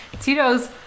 Tito's